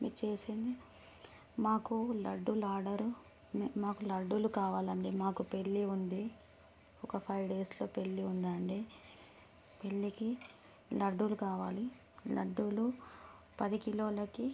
మీకు చేసింది మాకు లడ్డూల ఆర్డర్ మే మాకు లడ్డూలు కావాలి అండి మాకు పెళ్ళి ఉంది ఒక ఫైవ్ డేస్లో పెళ్ళి ఉందండి పెళ్ళికి లడ్డూలు కావాలి లడ్డూలు పది కిలోలకి